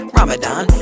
Ramadan